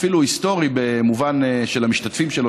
אפילו היסטורי במובן של המשתתפים שלו,